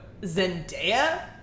Zendaya